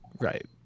Right